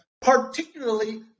particularly